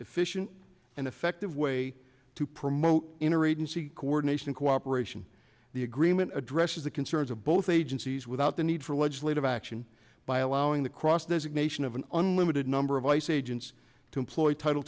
efficient and effective way to promote inner agency coordination cooperation the agreement addresses the concerns of both agencies without the need for legislative action by allowing the cross designation of an unlimited number of ice agents to employ title